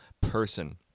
person